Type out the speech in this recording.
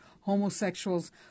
homosexuals